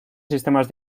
sistemas